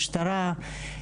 משטרה,